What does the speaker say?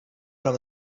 from